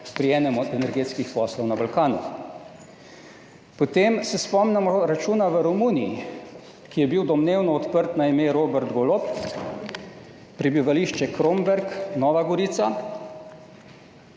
pri enem od energetskih poslov na Balkanu. Potem se spomnim računa v Romuniji, ki je bil domnevno odprt na ime Robert Golob prebivališče Kromberk, Nova Gorica,